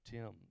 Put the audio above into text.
Tim